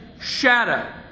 shadow